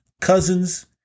cousins